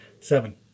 Seven